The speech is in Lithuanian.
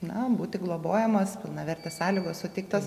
na būti globojamas pilnavertės sąlygos suteiktos